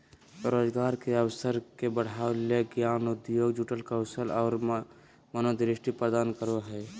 रोजगार के अवसर के बढ़ावय ले ज्ञान उद्योग से जुड़ल कौशल और मनोदृष्टि प्रदान करो हइ